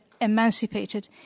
emancipated